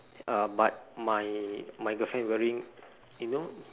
uh but my my girlfriend wearing you know